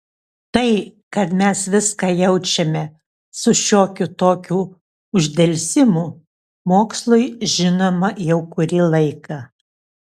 tai kad mes viską jaučiame su šiokiu tokiu uždelsimu mokslui žinoma jau kurį laiką